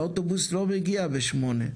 האוטובוס לא מגיע בשמונה,